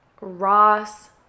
Ross